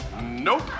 Nope